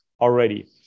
already